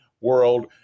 world